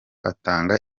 atange